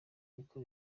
niko